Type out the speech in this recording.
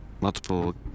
multiple